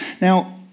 Now